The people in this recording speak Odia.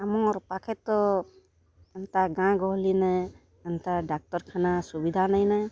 ଆମର୍ ପାଖେ ତ ଏନ୍ତା ଗାଁ ଗହଲିନେ ଏନ୍ତା ଡାକ୍ତର୍ଖାନା ସୁବିଧା ନାଇଁନେ